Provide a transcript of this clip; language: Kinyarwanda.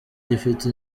gifite